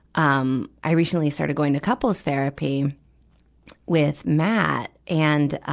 um, i recently started going to couple's therapy with matt. and,